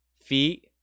feet